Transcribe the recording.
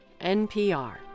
NPR